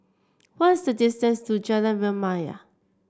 what is the distance to Jalan Remaja